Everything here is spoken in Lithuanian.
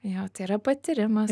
jo tai yra patyrimas